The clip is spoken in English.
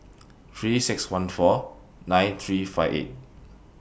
three six one four nine three five eight